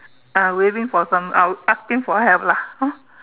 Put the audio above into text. uh waving for some uh asking for help lah hor